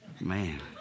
Man